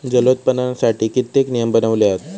जलोत्पादनासाठी कित्येक नियम बनवले हत